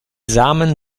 samen